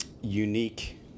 unique